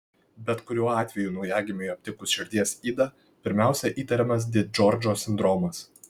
bet kuriuo atveju naujagimiui aptikus širdies ydą pirmiausia įtariamas di džordžo sindromas